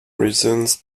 reasons